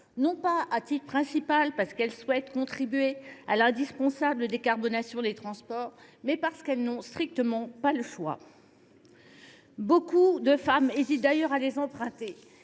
non pas, à titre principal, parce qu’elles souhaitent contribuer à l’indispensable décarbonation des transports, mais parce qu’elles n’ont tout simplement pas d’autre choix. Beaucoup de femmes hésitent d’ailleurs à les emprunter.